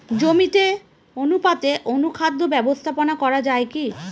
জমিতে অনুপাতে অনুখাদ্য ব্যবস্থাপনা করা য়ায় কি?